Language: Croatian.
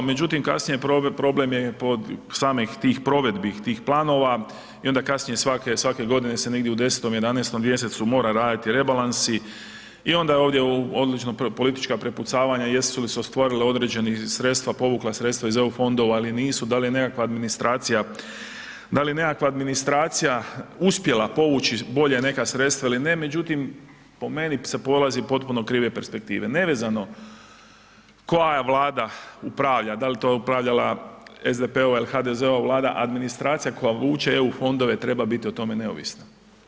Međutim, kasnije, problem je kod samih tih provedbi, tih planova, i onda kasnije, svake godine se negdje u 10., 11. mjesecu, mora raditi rebalansi i onda je ovdje odlična politička prepucavanja, jesu li se stvorile određena sredstva, povukla sredstva iz EU fondova ili nisu, da li je nekakva administracija, da li je nekakva administracija uspjela povuće bolje neka sredstva ili ne, međutim, po meni, se polazi iz potpuno krive perspektive, nevezano koja vlada upravlja, dal to upravljala SDP-ova ili HDZ-ova vlada, administracija koja vuče EU fondove treba biti o tome neovisno.